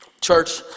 Church